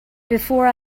before